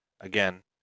Again